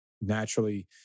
naturally